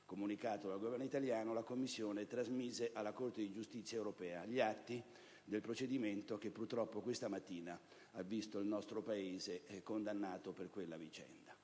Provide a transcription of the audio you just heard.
comunicato dal Governo italiano, la Commissione trasmise alla Corte di giustizia europea gli atti del procedimento che, purtroppo, questa mattina ha visto il nostro Paese condannato per quella vicenda.